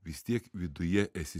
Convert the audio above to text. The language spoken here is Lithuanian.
vis tiek viduje esi